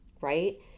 right